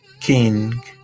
King